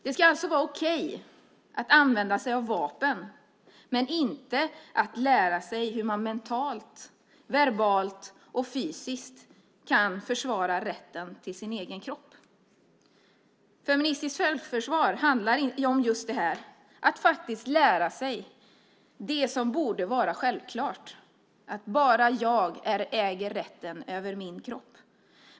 Det ska alltså vara okej att använda sig av vapen, men inte att lära sig hur man mentalt, verbalt och fysiskt kan försvara rätten till sin egen kropp. Feministiskt självförsvar handlar om just detta att faktiskt lära sig det som borde vara självklart, att bara jag äger rätten till min kropp.